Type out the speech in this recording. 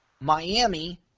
Miami –